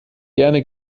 gerne